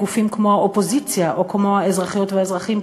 וכל מיני גופים כמו האופוזיציה או כמו האזרחיות והאזרחים,